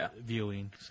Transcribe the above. viewing